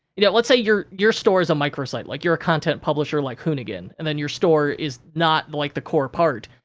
you know, let's say your your store is a microsite, like, you're a content publisher, like hoonigan. and then, your store is not, like, the core part.